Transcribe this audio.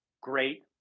great